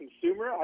consumer